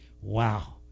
Wow